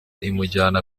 imujyana